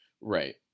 Right